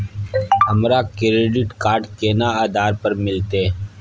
हमरा credit card केना आधार पर मिलते?